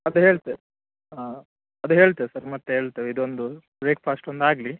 ಅದು ಹೇಳ್ತೇವೆ ಹಾಂ ಅದು ಹೇಳ್ತೇವೆ ಸರ್ ಮತ್ತೆ ಹೇಳ್ತೇವೆ ಇದೊಂದು ಬ್ರೇಕ್ಫಾಸ್ಟ್ ಒಂದು ಆಗಲಿ